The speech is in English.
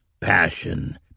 passion